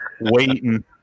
waiting